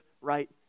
right